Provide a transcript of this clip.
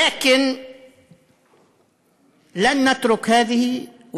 אבל לא נוותר על אף אחת משתיהן.